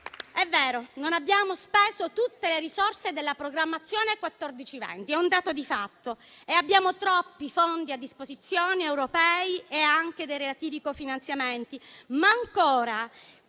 È vero, non abbiamo speso tutte le risorse della programmazione 2014-2020. È un dato di fatto e abbiamo troppi fondi a disposizione, europei e anche dei relativi cofinanziamenti. Però, cosa